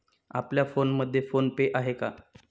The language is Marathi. आपल्या फोनमध्ये फोन पे आहे का?